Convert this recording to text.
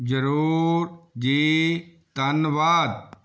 ਜ਼ਰੂਰ ਜੀ ਧੰਨਵਾਦ